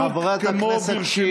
חברת הכנסת,